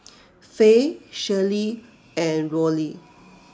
Faye Shirley and Rollie